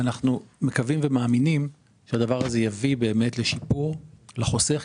ואנחנו מקווים ומאמינים שהדבר הזה יביא באמת לשיפור לחוסך,